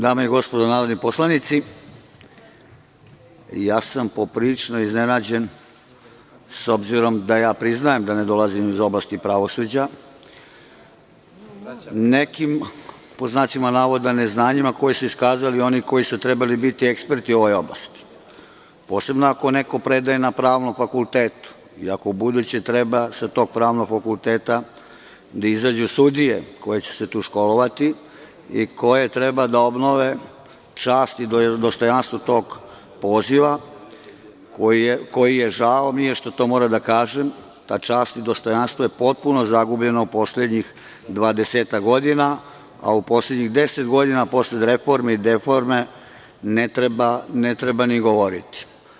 Dame i gospodo narodni poslanici, ja sam poprilično iznenađen s obzirom da ja priznajem da ne dolazim iz oblasti pravosuđa, nekim „neznanjima“ koji su iskazali oni koji su trebali biti eksperti u ovoj oblasti, posebno ako neko predaje na Pravnom fakultetu i ako ubuduće treba sa tog Pravnog fakulteta da izađu sudije koje će se tu školovati i koje treba da obnove čast i dostojanstvo tog poziva koji je, žao mi je što moram to da kažem, ta čast i dostojanstvo je potpuno zagubljeno u poslednjih 20-ak godina, a u poslednjih 10 godina posle reforme i deforme, ne treba ni govoriti.